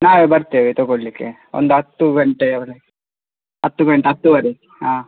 ನಾಳೆ ಬರ್ತೇವೆ ತಗೊಳ್ಲಿಕ್ಕೆ ಒಂದು ಹತ್ತು ಗಂಟೆಯ ವರೆ ಹತ್ತು ಗಂಟೆ ಹತ್ತೂವರೆ ಹಾಂ